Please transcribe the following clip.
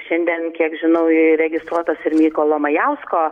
šiandien kiek žinau įregistruotas ir mykolo majausko